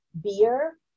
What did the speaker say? beer